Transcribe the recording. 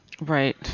right